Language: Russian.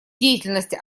деятельности